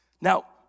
Now